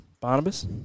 Barnabas